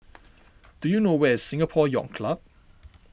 do you know where is Singapore Yacht Club